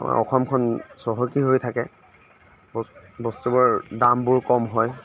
আমাৰ অসমখন চহকী হৈ থাকে বস্তু বস্তুবোৰ দামবোৰ কম হয়